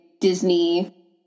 Disney